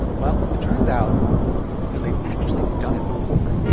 well, it turns out because they'd actually done it before